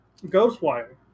Ghostwire